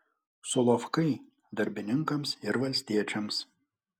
solovkai darbininkams ir valstiečiams